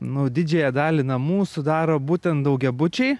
nu didžiąją dalį namų sudaro būtent daugiabučiai